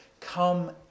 Come